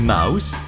Mouse